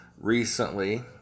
recently